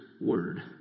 word